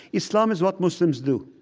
islam is what muslims do.